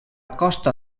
costa